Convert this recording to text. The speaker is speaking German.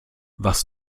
was